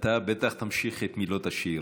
אתה בטח תמשיך את מילות השיר.